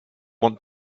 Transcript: want